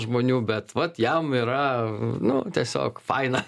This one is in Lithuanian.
žmonių bet vat jam yra nu tiesiog faina